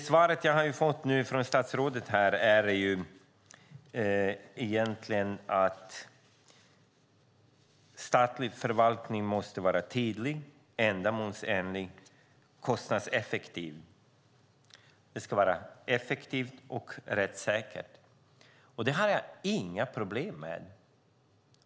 Svaret från statsrådet är att statlig förvaltning måste vara tydlig, ändamålsenlig, kostnadseffektiv och rättssäker. Det har jag inga problem med.